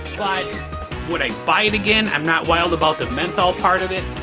but would i buy it again? i'm not wild about the menthol part of it.